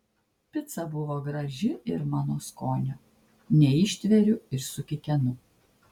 pica buvo graži ir mano skonio neištveriu ir sukikenu